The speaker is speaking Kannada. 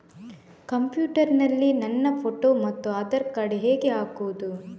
ಕಂಪ್ಯೂಟರ್ ನಲ್ಲಿ ನನ್ನ ಫೋಟೋ ಮತ್ತು ಆಧಾರ್ ಕಾರ್ಡ್ ಹೇಗೆ ಹಾಕುವುದು?